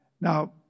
Now